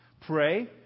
Pray